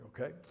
okay